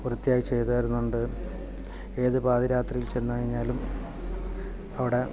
വൃത്തിയായി ചെയ്തു തരുന്നുണ്ട് ഏതു പാതിരാത്രിയിൽ ചെന്ന് കഴിഞ്ഞാലും അവിടെ